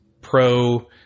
pro